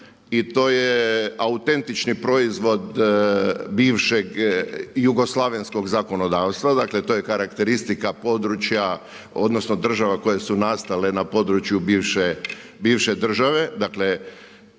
i to je autentični proizvod bivšeg jugoslavenskog zakonodavstva, dakle to je karakteristika područja, odnosno država koje su nastale na području bivše, bivše